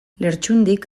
lertxundik